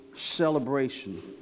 Celebration